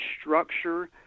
structure